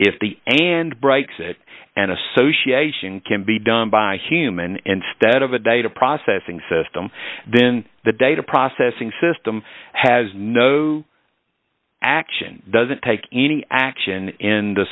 if the and brights it an association can be done by a human instead of a data processing system then the data processing system has no action doesn't take any action in the